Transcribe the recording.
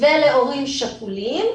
ולהורים שכולים,